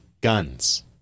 guns